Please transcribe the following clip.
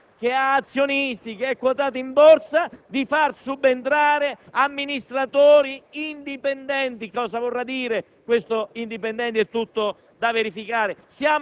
Come può subentrare un soggetto privato individuato con gara ad un altro soggetto privato individuato, invece, senza gara?